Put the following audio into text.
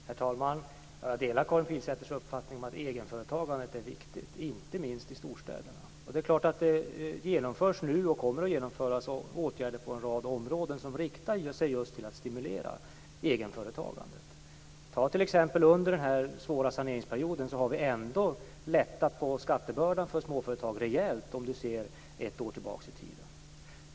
Herr talman! Jag delar Karin Pilsäters uppfattning om att egenföretagandet är viktigt, inte minst i storstäderna. Det genomförs nu - och kommer att genomföras - åtgärder på en rad områden som syftar till att stimulera just egenföretagandet. Under denna svåra saneringsperiod har vi ändå t.ex. lättat skattebördan för småföretagare rejält. Det märks om man ser ett år tillbaka i tiden.